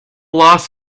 loss